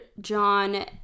John